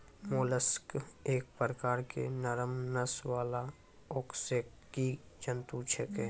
mollusc एक प्रकार के नरम नस वाला अकशेरुकी जंतु छेकै